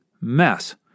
mess